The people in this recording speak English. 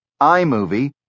iMovie